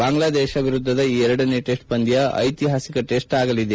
ಬಾಂಗ್ಲಾದೇಶ ವಿರುದ್ದದ ಈ ಎರಡನೇ ಟೆಸ್ಟ್ ಪಂದ್ಹ ಐತಿಹಾಸಿಕ ಟೆಸ್ಟ್ ಆಗಲಿದೆ